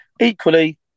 equally